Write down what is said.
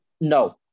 No